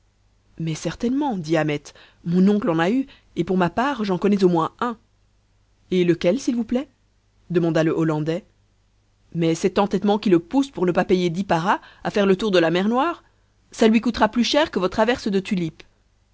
mais certainement dit ahmet mon oncle en a eu et pour ma part j'en connais au moins un et lequel s'il vous plaît demanda le hollandais mais cet entêtement qui le pousse pour ne pas payer dix paras à faire le tour de la mer noire ça lui coûtera plus cher que votre averse de tulipes